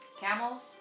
camels